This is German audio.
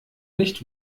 nicht